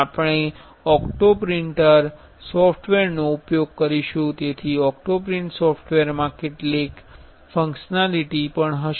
આપણે ઓક્ટોપ્રિન્ટ સોફ્ટવેરનો ઉપયોગ કરીશું તેથી ઓક્ટોપ્રિન્ટ સોફ્ટવેરમાં કેટલીક ફ્ન્ક્શનલીટી પણ હશે